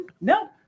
No